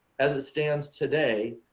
as it stands today,